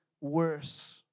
worse